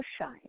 shine